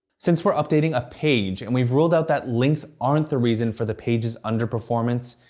since we're updating a page and we've ruled out that links aren't the reason for the page's underperformance,